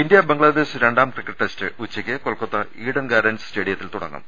India Bangladesh രണ്ടാം cricket test ഉച്ചക്ക് Kolkata Eden Gardens സ്റ്റേഡിയത്തിൽ തുടങ്ങും